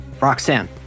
Roxanne